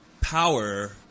power